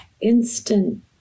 instant